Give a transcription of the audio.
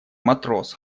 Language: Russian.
матрос